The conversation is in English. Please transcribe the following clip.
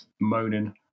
Moaning